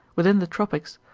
within the tropics,